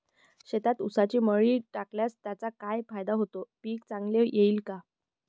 शेतात ऊसाची मळी टाकल्यास त्याचा काय फायदा होतो, पीक चांगले येईल का?